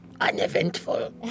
uneventful